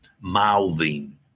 mouthing